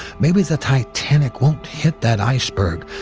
maybe the titanic won't hit that iceberg.